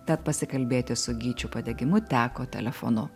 tad pasikalbėti su gyčiu padegimu teko telefonu